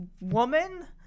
woman